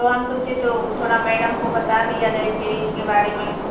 तो हम सोचे तो थोड़ा मैडम को बता दिया जाए फिर इसके बारे में